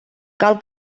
cal